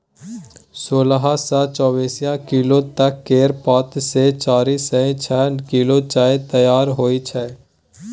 सोलह सँ चौबीस किलो तक केर पात सँ चारि सँ छअ किलो चाय तैयार होइ छै